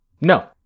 No